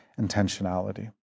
intentionality